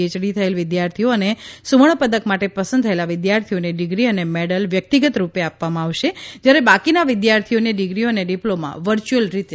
એયડી થયેલ વિદ્યાર્થીઓ અને સુવર્ણ પદક માટે પસંદ થયેલ વિદ્યાર્થીઓને ડિગ્રી અને મેડલ વ્યક્તિગતરૂપે આપવામાં આવશે જયારે બાકીના વિદ્યાર્થીઓને ડિગ્રીઓ અને ડિપ્લોમાં વર્યુઅલ રીતે આપશે